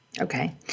Okay